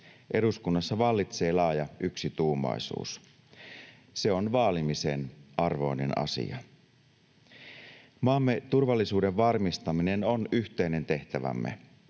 eduskunnassa vallitsee laaja yksituumaisuus. Se on vaalimisen arvoinen asia. Maamme turvallisuuden varmistaminen on yhteinen tehtävämme.